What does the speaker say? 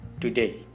today